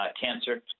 cancer